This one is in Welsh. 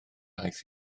aeth